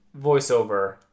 voiceover